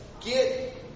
get